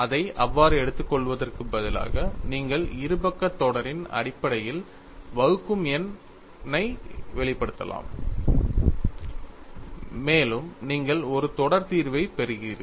அதை அவ்வாறு எடுத்துக்கொள்வதற்குப் பதிலாக நீங்கள் ஒரு இருபக்கத் தொடரின் அடிப்படையில் வகுக்கும் எண் யை வெளிப்படுத்தலாம் மேலும் நீங்கள் ஒரு தொடர் தீர்வைப் பெறுகிறீர்கள்